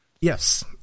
Yes